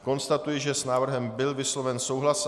Konstatuji, že s návrhem byl vysloven souhlas.